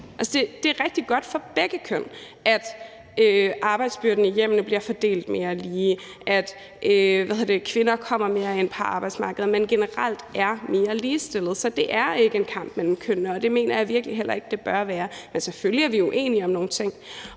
Det er rigtig godt for begge køn, at arbejdsbyrden i hjemmene bliver fordelt mere ligeligt, at kvinder kommer mere ind på arbejdsmarkedet, og at man generelt er mere ligestillet. Så det er ikke en kamp mellem kønnene, og det mener jeg virkelig heller ikke det bør være, men selvfølgelig er vi uenige om nogle ting.